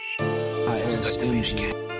ISMG